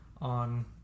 on